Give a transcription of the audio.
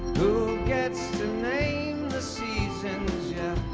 who gets to name the seasons? yeah,